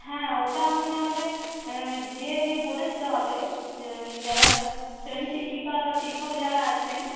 হ্যাঁ ওটা আমি নাহলে গিয়ে গিয়ে বলে দিতে হবে যে যারা শ্রেণী শিক্ষিকা বা শিক্ষক যারা আছেন